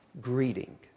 greeting